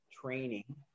training